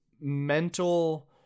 mental